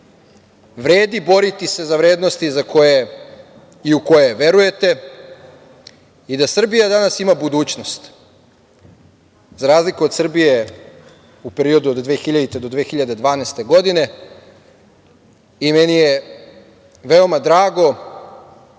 vredi boriti se za vrednosti za koje i u koje verujete i da Srbija danas ima budućnost, za razliku od Srbije u periodu od 2000. do 2012. godine. Meni je veoma drago